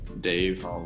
Dave